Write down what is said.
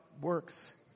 works